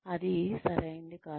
అది సరైంది కాదు